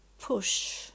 push